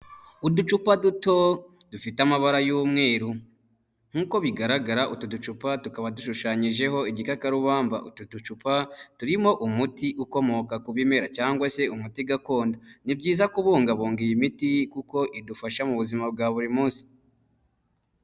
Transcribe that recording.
Uducupa duto dufite amabara y'umweru, nk'uko bigaragara utu ducupa tukaba dushushanyijeho igikakarubamba, utu ducupa turimo umuti ukomoka ku bimera cyangwa se umuti gakondo, ni byiza kubungabunga iyi miti kuko idufasha mu buzima bwa buri munsi.